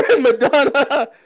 Madonna